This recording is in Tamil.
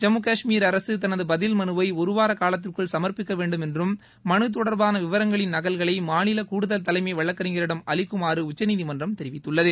ஜம்முகஷ்மீர் அரசு தனது பதில் மனுவை ஒருவார காலத்திற்குள் சமர்ப்பிக்கவேண்டும் என்றும் மனு தொடர்பான விவரங்களின் நகல்களை மாநில கூடுதல் தலைமை வழக்கறிஞரிடம் அளிக்குமாறு உச்சநீதிமன்றம் தெரிவித்துள்ளது